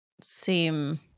seem